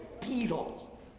beetle